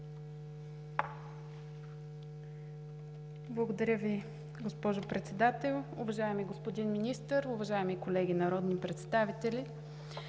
Благодаря Ви, госпожо Председател. Уважаеми господин Министър, уважаеми колеги народни представители!